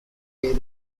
area